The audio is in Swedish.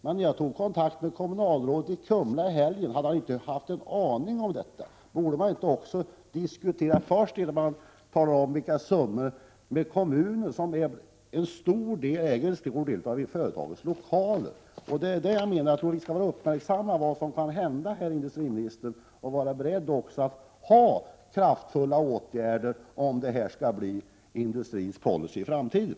Men när jag tog kontakt med kommunalrådet i Kumla i helgen, hade han inte en aning om detta. Borde man inte först, innan man talar om vilka summor det gäller, diskutera med kommunen, som äger en stor del av företagets lokaler? Jag menar att man skall uppmärksamma vad som kan hända, herr industriminister, och vara beredd att vidta kraftfulla åtgärder om det här skulle bli industrins policy i framtiden.